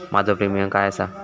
माझो प्रीमियम काय आसा?